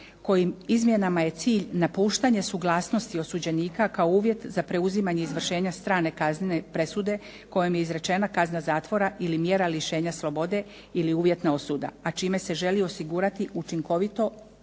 kojim izmjenama je cilj napuštanje suglasnosti osuđenika kao uvjet za preuzimanje izvršenja strane kaznene presude kojim je izrečena kazna zatvora ili mjera lišenja slobode ili uvjetna osuda, a čime se želi osigurati učinkovito provođenje